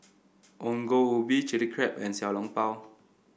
Ongol Ubi Chilli Crab and Xiao Long Bao